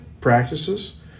practices